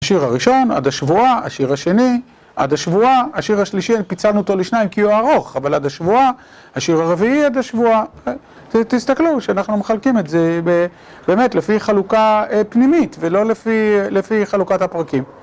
השיר הראשון, עד השבועה, השיר השני, עד השבועה, השיר השלישי, פיצלנו אותו לשניים כי הוא ארוך, אבל עד השבועה, השיר הרביעי עד השבועה, תסתכלו שאנחנו מחלקים את זה באמת לפי חלוקה פנימית ולא לפי חלוקת הפרקים.